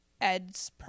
Ed's